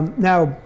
now,